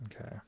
Okay